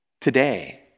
Today